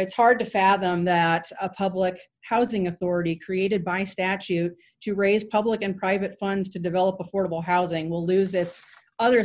it's hard to fathom that a public housing authority created by statute to raise public and private funds to develop affordable housing will lose its other